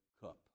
cup